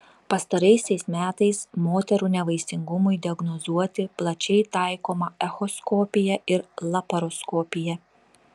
pastaraisiais metais moterų nevaisingumui diagnozuoti plačiai taikoma echoskopija ir laparoskopija